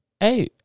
Hey